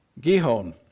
Gihon